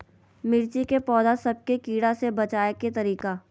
मिर्ची के पौधा सब के कीड़ा से बचाय के तरीका?